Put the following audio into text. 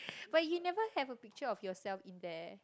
but you never have a picture of yourself in there